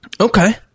okay